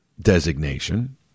designation